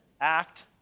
act